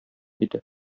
иде